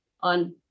on